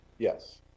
yes